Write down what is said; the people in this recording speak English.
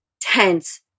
tense